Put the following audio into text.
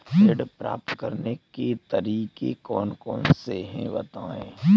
ऋण प्राप्त करने के तरीके कौन कौन से हैं बताएँ?